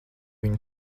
viņu